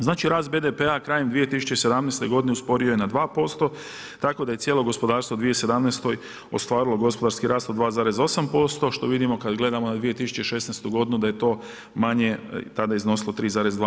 Znači rast BDP-a krajem 2017. godine usporio je na 2%, tako da je cijelo gospodarstvo u 2017. ostvarilo gospodarski rast od 2,8% što vidimo kada gledamo na 2016. godinu da je to manje tada iznosilo 3,2%